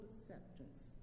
acceptance